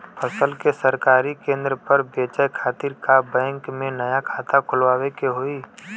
फसल के सरकारी केंद्र पर बेचय खातिर का बैंक में नया खाता खोलवावे के होई?